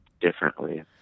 differently